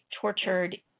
tortured